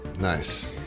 nice